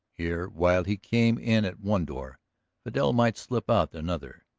here, while he came in at one door vidal might slip out at another,